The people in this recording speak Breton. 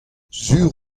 sur